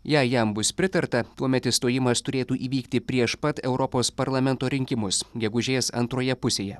jei jam bus pritarta tuomet išstojimas turėtų įvykti prieš pat europos parlamento rinkimus gegužės antroje pusėje